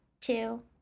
two